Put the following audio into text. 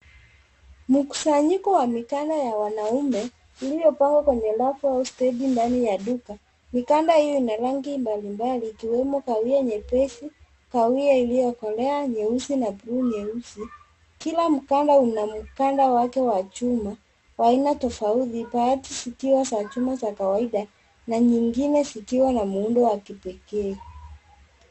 Mkusanyiko wa mikanda ya wanaume iliyopangwa kwenye rafu au stendi ya duka. Mikanda iyo ina rangi mbalimbali ikiweo kahawia nyepesi, kahawia iliyokolea nyeusi na buluu nyeusi. Kila mkanda una mkanda wake wa chuma wa aina tofauti baadhi zikiwa za chuma ya kawaida na nyingine zikiwa na muundo wa kipekee.